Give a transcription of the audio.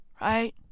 right